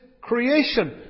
creation